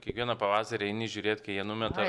kiekvieną pavasarį eini žiūrėti kai jie numeta